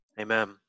Amen